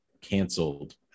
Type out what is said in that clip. canceled